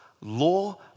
law